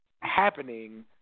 Happening